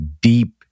deep